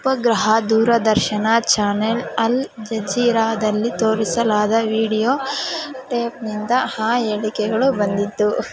ಉಪಗ್ರಹ ದೂರದರ್ಶನ channel Al ಜಜೀರಾದಲ್ಲಿ ತೋರಿಸಲಾದ ವೀಡಿಯೋ ಟೇಪ್ನಿಂದ ಆ ಹೇಳಿಕೆಗಳು ಬಂದಿದ್ದು